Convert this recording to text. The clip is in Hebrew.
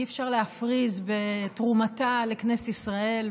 אי-אפשר להפריז בתרומתה לכנסת ישראל,